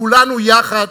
כולנו יחד